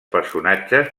personatges